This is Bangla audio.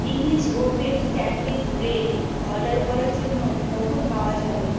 English oven sandwich bread order করার জন্য কখন পাওয়া যাবে